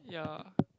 ya